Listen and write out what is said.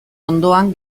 ondoan